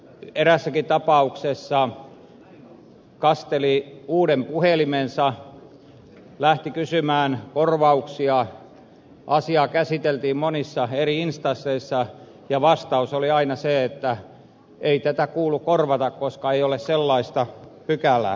eräässäkin tapauksessa pelastaja kasteli uuden puhelimensa lähti kysymään korvauksia asiaa käsiteltiin monissa eri instansseissa ja vastaus oli aina se että ei tätä kuulu korvata koska ei ole sellaista pykälää